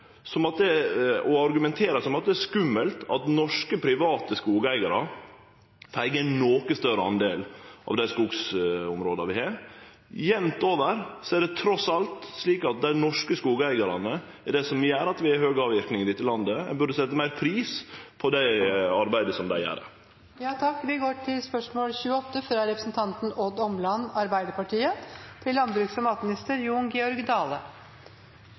som om det er skummelt at norske private skogeigarar får eige ein noko større del av dei skogsområda vi har. Jamt over er det trass alt slik at det er dei norske skogeigarane som gjer at vi har høg avverking i dette landet. Ein burde setje meir pris på det arbeidet som dei